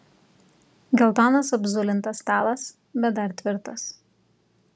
geltonas apzulintas stalas bet dar tvirtas